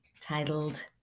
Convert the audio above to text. titled